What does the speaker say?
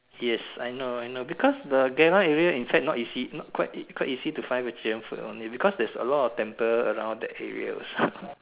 yes I know I know because the area inside not easy quite quite easy to find vegetarian food also because got a lot of temple near the area also